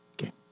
Okay